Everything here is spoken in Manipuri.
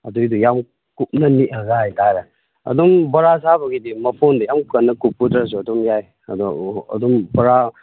ꯑꯗꯨꯏꯗꯨ ꯌꯥꯝ ꯀꯨꯞꯅ ꯅꯤꯛꯑꯒ ꯍꯥꯏꯇꯥꯔꯦ ꯑꯗꯨꯝ ꯕꯣꯔꯥ ꯆꯥꯕꯒꯤꯗꯤ ꯃꯐꯣꯟꯗꯤ ꯌꯥꯝ ꯀꯟꯅ ꯀꯨꯞꯄꯨꯗ꯭ꯔꯁꯨ ꯑꯗꯨꯝ ꯌꯥꯏ ꯑꯗꯣ ꯑꯗꯨꯝ ꯕꯣꯔꯥ